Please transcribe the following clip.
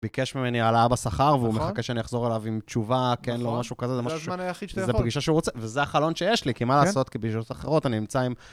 ביקש ממני העלאה בשכר, והוא מחכה שאני אחזור עליו עם תשובה, כן, לא משהו כזה. זה הזמן היחיד שאתה יכול. זה פגישה שהוא רוצה, וזה החלון שיש לי, כי מה לעשות, כי פגישות אחרות אני אמצא עם.